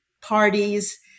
parties